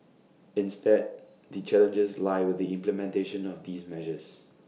instead the challenges lie with the implementation of these measures